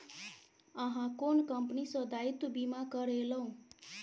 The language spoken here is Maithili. अहाँ कोन कंपनी सँ दायित्व बीमा करेलहुँ